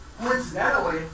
Coincidentally